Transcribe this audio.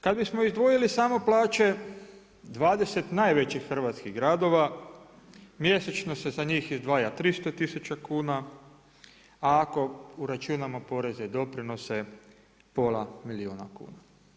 Kad bismo izdvojili samo plaće 20 najvećih hrvatskih gradova, mjesečno se za njih izdvaja 300 tisuća kuna, a ako uračunamo poreze i doprinose, pola milijuna kuna.